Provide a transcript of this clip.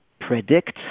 predict